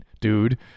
dude